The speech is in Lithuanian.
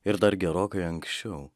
ir dar gerokai anksčiau